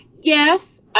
yes